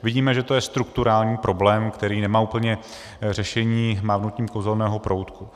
Vidíme, že to je strukturální problém, který nemá úplně řešení mávnutím kouzelného proutku.